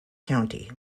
county